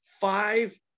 five